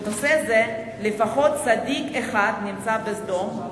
בנושא זה לפחות צדיק אחד נמצא בסדום,